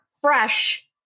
fresh